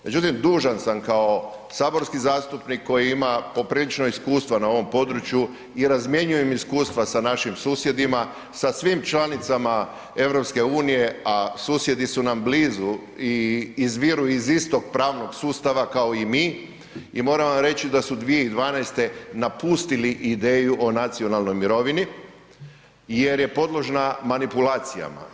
Međutim, dužan sam kao saborski zastupnik koji ima poprilično iskustva na ovom području i razmjenjujem iskustva sa našim susjedima, sa svim članicama EU-a a susjedi su nam blizu i izviru iz istog pravnog sustava kao i mi i mora, vam reći da su 2012. napustili ideju o nacionalnoj mirovini jer je podložna manipulacijama.